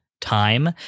time